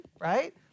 right